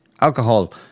Alcohol